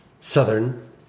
Southern